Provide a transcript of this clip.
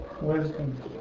Wisdom